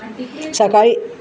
सकाळीं